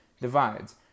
divides